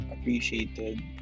appreciated